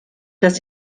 dass